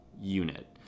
unit